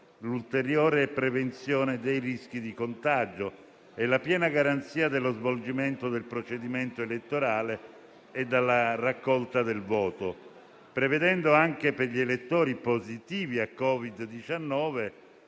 l'ulteriore prevenzione dai rischi di contagio e la piena garanzia dello svolgimento del procedimento elettorale e della raccolta del voto. Si prevedono anche per gli elettori positivi al Covid-19